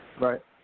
Right